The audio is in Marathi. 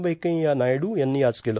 वेंकय्या नायडू यांनी आज केलं